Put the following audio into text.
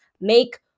make